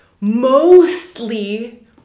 mostly